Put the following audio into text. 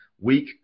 week